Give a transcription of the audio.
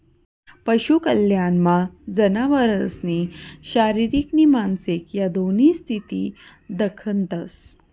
पशु कल्याणमा जनावरसनी शारीरिक नी मानसिक ह्या दोन्ही स्थिती दखतंस